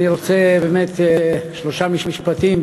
אני רוצה באמת לומר שלושה משפטים,